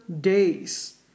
days